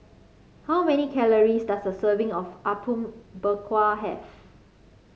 how many calories does a serving of Apom Berkuah have